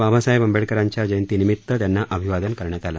बाबासाहेब आंबेडकरांच्या जयंतीनिमित त्यांना अभिवादन करण्यात आलं